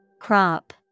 Crop